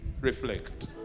Reflect